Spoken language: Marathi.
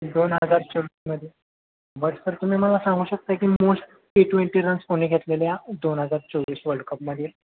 दोन हजार चोवीसमध्ये बट सर तुम्ही मला सांगू शकता की मोस्ट टी ट्वेंटी रन्स कोणी घेतले या दोन हजार चोवीस वर्ल्ड कपमधील